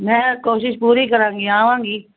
ਮੈਂ ਕੋਸ਼ਿਸ਼ ਪੂਰੀ ਕਰਾਂਗੀ ਆਵਾਂਗੀ